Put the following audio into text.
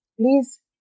please